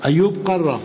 איוב קרא,